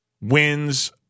wins